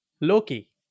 Loki